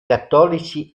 cattolici